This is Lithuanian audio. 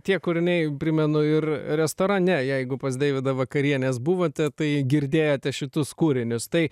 tie kūriniai primenu ir restorane jeigu pas deividą vakarienės buvote tai girdėjote šitus kūrinius tai